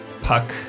Puck